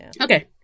Okay